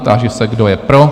Táži se, kdo je pro?